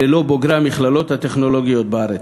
ללא בוגרי המכללות הטכנולוגיות בארץ.